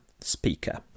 speaker